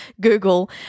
Google